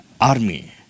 army